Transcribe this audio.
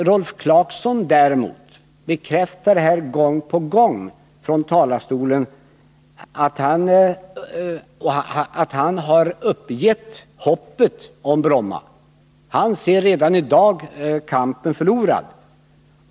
Rolf Clarkson däremot bekräftar gång på gång från denna talarstol att han har gett upp hoppet om Bromma flygfält. Han ger redan i dag kampen förlorad.